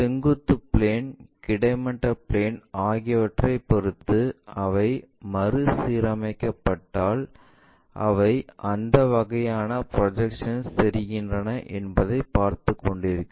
செங்குத்து பிளேன் கிடைமட்ட பிளேன் ஆகியவற்றைப் பொறுத்து அவை மறுசீரமைக்கப்பட்டால் அவை எந்த வகையான ப்ரொஜெக்ஷன்ஸ் தெரிகின்றன என்பதை பார்த்துக் கொண்டிருக்கும்